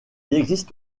existe